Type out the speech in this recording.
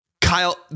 Kyle